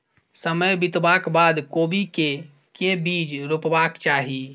समय बितबाक बाद कोबी केँ के बीज रोपबाक चाहि?